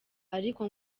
ariko